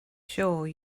sure